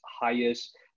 highest